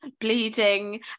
bleeding